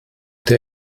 der